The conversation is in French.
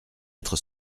être